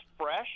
fresh